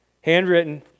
Handwritten